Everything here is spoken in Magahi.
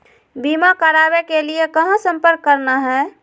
बीमा करावे के लिए कहा संपर्क करना है?